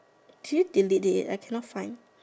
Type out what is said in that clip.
did she delete it I cannot find